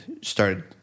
started